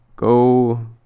Go